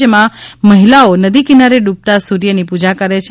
જેમા મહિલાઓ નદી કિનારે ડૂબતા સૂર્યની પુજા કરે છે